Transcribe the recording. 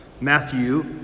Matthew